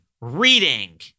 reading